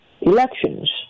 elections